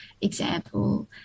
example